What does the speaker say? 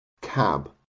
cab